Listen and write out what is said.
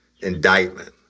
Indictment